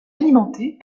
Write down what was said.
alimentée